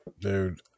Dude